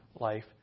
life